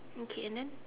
okay and then